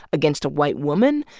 against a white woman,